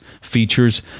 features